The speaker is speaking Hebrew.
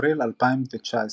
באפריל 2019,